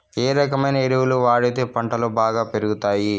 ఏ రకమైన ఎరువులు వాడితే పంటలు బాగా పెరుగుతాయి?